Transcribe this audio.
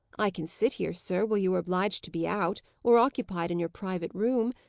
i can sit here, sir, while you are obliged to be out, or occupied in your private room.